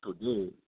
today